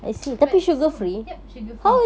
but semua yup sugar free